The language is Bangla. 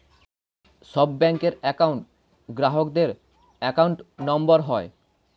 সব ব্যাঙ্কের একউন্ট গ্রাহকদের অ্যাকাউন্ট নম্বর হয়